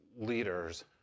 leaders